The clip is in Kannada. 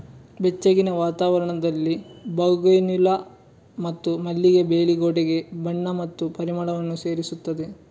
ಬೆಚ್ಚಗಿನ ವಾತಾವರಣದಲ್ಲಿ ಬೌಗೆನ್ವಿಲ್ಲಾ ಮತ್ತು ಮಲ್ಲಿಗೆ ಬೇಲಿ ಗೋಡೆಗೆ ಬಣ್ಣ ಮತ್ತು ಪರಿಮಳವನ್ನು ಸೇರಿಸುತ್ತದೆ